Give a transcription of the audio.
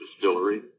Distillery